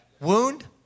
Wound